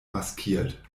maskiert